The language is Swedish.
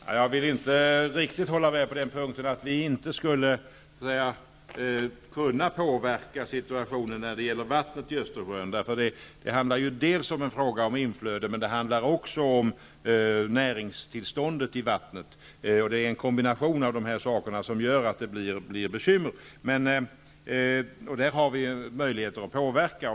Herr talman! Jag kan inte riktigt hålla med om att vi inte skulle kunna påverka situationen när det gäller vattnet i Östersjön. Det är visserligen en fråga om inflöde, men det handlar också om näringstillståndet i vattnet, och det är denna kombination som gör att det blir bekymmer. Där finns det möjligheter att påverka.